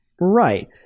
right